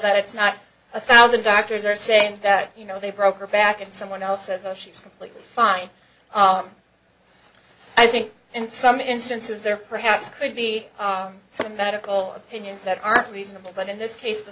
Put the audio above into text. that it's not a thousand doctors are saying that you know they broke her back and someone else says oh she's completely fine i think in some instances there perhaps could be some medical opinions that are reasonable but in this case the